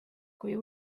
kui